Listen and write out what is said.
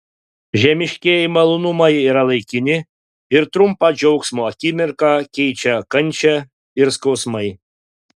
žemiškieji malonumai yra laikini ir trumpą džiaugsmo akimirką keičia kančia ir skausmai